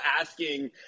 asking